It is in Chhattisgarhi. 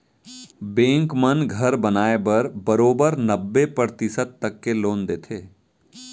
बेंक मन घर बनाए बर बरोबर नब्बे परतिसत तक के लोन देथे